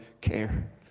care